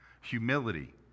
humility